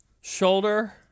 Shoulder